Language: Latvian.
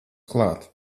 klāt